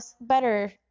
better